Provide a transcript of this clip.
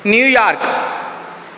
New York